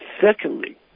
Secondly